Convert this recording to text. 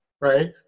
right